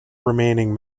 remaining